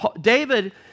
David